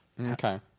Okay